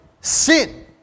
sin